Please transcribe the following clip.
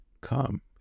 Come